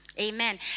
Amen